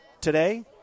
today